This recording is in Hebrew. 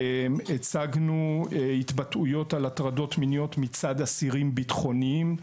הצגנו התבטאויות על הטרדות מיניות מצד אסירים ביטחוניים.